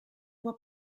può